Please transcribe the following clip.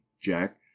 jack